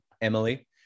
emily